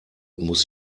muss